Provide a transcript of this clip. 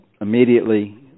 immediately